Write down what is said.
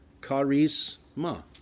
charisma